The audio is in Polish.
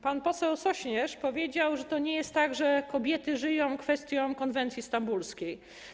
Pan poseł Sośnierz powiedział, że to nie jest tak, że kobiety żyją kwestią konwencji stambulskiej.